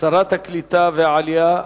השרה לקליטת העלייה,